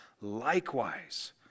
likewise